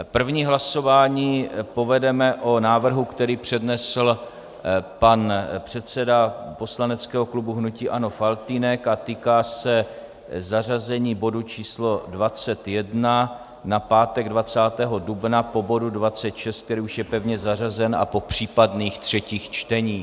První hlasování povedeme o návrhu, který přednesl pan předseda poslaneckého klubu hnutí ANO Faltýnek a týká se zařazení bodu číslo 21 na pátek 20. dubna po bodu 26, který už je pevně zařazen, a po případných třetích čteních.